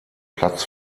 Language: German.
platz